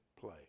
play